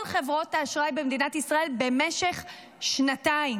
חברות האשראי במדינת ישראל במשך שנתיים.